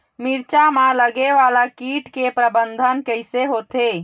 मिरचा मा लगे वाला कीट के प्रबंधन कइसे होथे?